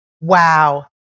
Wow